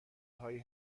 هایی